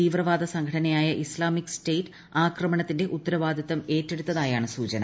തീവ്രവാദ സംഘടനയായ Islamic State ആക്രമണത്തിന്റെ ഉത്തരവാദിത്തം ഏറ്റെടുത്തായാണ് സൂചന